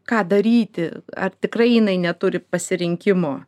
ką daryti ar tikrai jinai neturi pasirinkimo